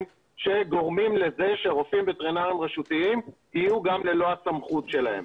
שגורמים לזה שרופאים וטרינרים רשותיים יהיו גם ללא הסמכות שלהם.